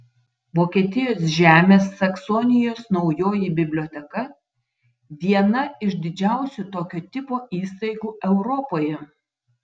vokietijos žemės saksonijos naujoji biblioteka viena iš didžiausių tokio tipo įstaigų europoje